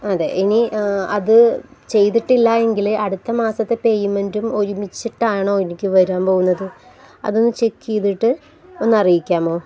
അതെ ഇനി ആ അതു ചെയ്തിട്ടില്ല എങ്കില് അടുത്ത മാസത്തെ പേയ്മെന്റും ഒരുമിച്ചിട്ടാണോ എനിക്കു വരാൻ പോകുന്നത് അതൊന്ന് ചെക്ക് ചെയ്തിട്ട് ഒന്നറിയിക്കാമോ